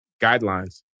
guidelines